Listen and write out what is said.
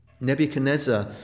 Nebuchadnezzar